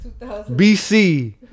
BC